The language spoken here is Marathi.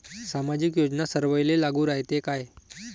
सामाजिक योजना सर्वाईले लागू रायते काय?